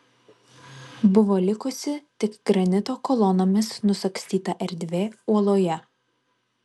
buvo likusi tik granito kolonomis nusagstyta erdvė uoloje